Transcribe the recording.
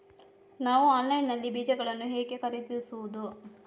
ನಾವು ಆನ್ಲೈನ್ ನಲ್ಲಿ ಬೀಜಗಳನ್ನು ಹೇಗೆ ಖರೀದಿಸುವುದು?